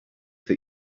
that